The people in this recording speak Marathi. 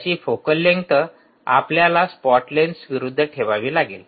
ज्याची फोकल लेंग्थ आपल्याला स्पॉट लेन्स विरूद्ध ठेवावी लागेल